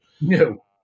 No